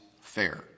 fair